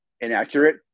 inaccurate